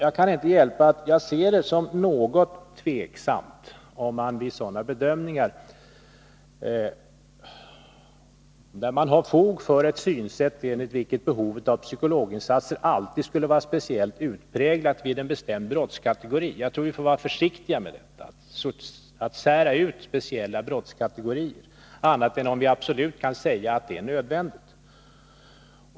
Jag kan inte hjälpa att jag anser att det är något tveksamt om man vid sådana bedömningar har fog för ett synsätt, enligt vilket behov av psykologinsatser alltid skulle vara speciellt utpräglat vid en bestämd brottskategori. Jag tror att vi får vara försiktiga med att sära ut speciella brottskategorier, annat än om vi absolut kan säga att det är nödvändigt.